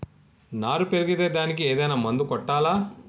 నారు పెరిగే దానికి ఏదైనా మందు కొట్టాలా?